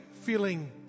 feeling